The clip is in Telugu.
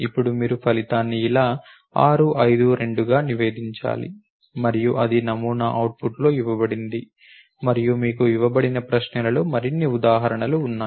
ఇప్పుడు మీరు ఫలితాన్ని ఇలా 652 గా నివేదించాలి మరియు అది నమూనా అవుట్పుట్లో ఇవ్వబడింది మరియు మీకు ఇవ్వబడిన ప్రశ్నలలో మరిన్ని ఉదాహరణలు ఉన్నాయి